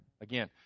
Again